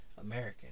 american